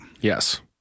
Yes